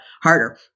harder